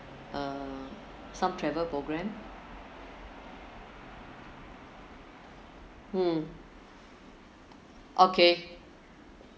uh some travel program mm okay